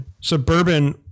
Suburban